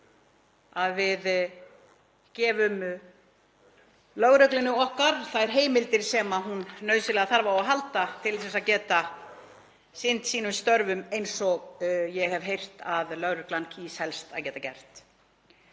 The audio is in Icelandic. að við gefum lögreglunni okkar þær heimildir sem hún þarf nauðsynlega á að halda til að geta sinnt störfum sínum, eins og ég hef heyrt að lögreglan kýs helst að geta gert.